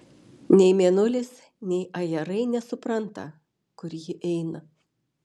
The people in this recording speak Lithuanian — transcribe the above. nei mėnulis nei ajerai nesupranta kur ji eina